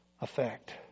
effect